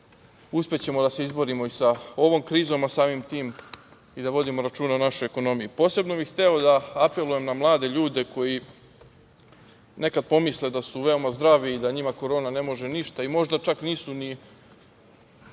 uspećemo da se izborimo i sa ovom krizom, a samim tim i da vodimo računa o našoj ekonomiji. Posebno bih hteo da apelujem na mlade ljude koji nekad pomisle da su veoma zdravi i da njima korona ne može ništa, a možda čak nisu ni